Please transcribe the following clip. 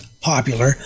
popular